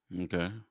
okay